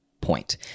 point